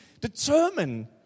determine